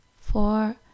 four